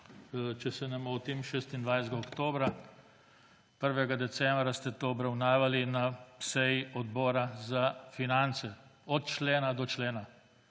če se ne motim, 26. oktobra, 1. decembra ste to obravnavali na seji Odbora za finance. Od člena do člena.